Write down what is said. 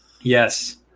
Yes